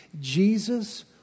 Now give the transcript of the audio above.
Jesus